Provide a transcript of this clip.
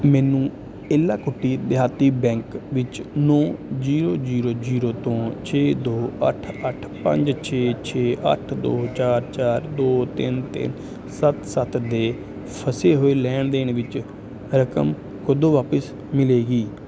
ਮੈਨੂੰ ਏਲਾਕੁਟੀ ਦੇਹਾਤੀ ਬੈਂਕ ਵਿੱਚ ਨੌਂ ਜ਼ੀਰੋ ਜ਼ੀਰੋ ਜ਼ੀਰੋ ਦੋ ਛੇ ਦੋ ਅੱਠ ਅੱਠ ਪੰਜ ਛੇ ਛੇ ਅੱਠ ਦੋ ਚਾਰ ਚਾਰ ਦੋ ਤਿੰਨ ਤਿੰਨ ਸੱਤ ਸੱਤ ਦੇ ਫਸੇ ਹੋਏ ਲੈਣ ਦੇਣ ਵਿੱਚ ਰਕਮ ਕਦੋਂ ਵਾਪਸ ਮਿਲੇਗੀ